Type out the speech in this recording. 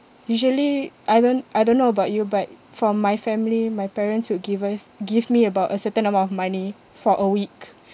usually I don't I don't know about you but for my family my parents would give us give me about a certain amount of money for a week